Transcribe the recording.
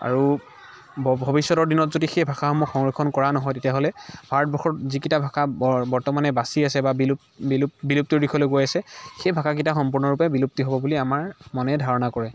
আৰু ব ভৱিষ্যতৰ দিনত যদি সেই ভাষাসমূহ সংৰক্ষণ কৰা নহয় তেতিয়াহ'লে ভাৰতবৰ্ষত যিকেইটা ভাষা বৰ বৰ্তমানে বাচি আছে বা যি বিলোপ বিলোপ বিলুপ্তিৰ দিশলৈ গৈ আছে সেই ভাষাকেইটা সম্পূৰ্ণৰূপে বিলুপ্তি হ'ব বুলি আমাৰ মনে ধাৰণা কৰে